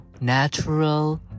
natural